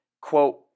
quote